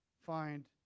find